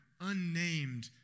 unnamed